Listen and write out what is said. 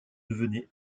devenait